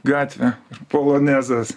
gatvė polonezas